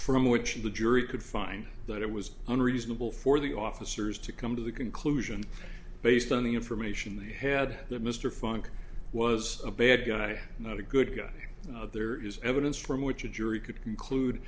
from which the jury could find that it was unreasonable for the officers to come to the conclusion based on the information they had that mr funk was a bad guy not a good guy and there is evidence from which a jury could conclude